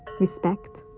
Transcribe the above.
respect,